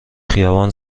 خیابان